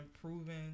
proven